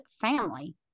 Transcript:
family